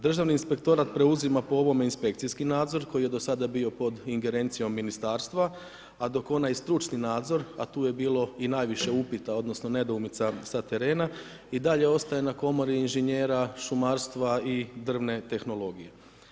Državni inspektorat preuzima po ovome inspekcijski nadzor, koji je do sada bio pod ingerencijom ministarstva, a dok onaj stručni nadzor, a tu je bilo i najviše upita, odnosno, nedoumica sa terena i dalje ostaje na komori inženjera, šumarstva i drvne tehnologije.